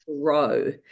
grow